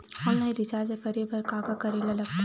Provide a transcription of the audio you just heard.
Online recharge करे बर का का करे ल लगथे?